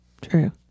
True